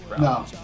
No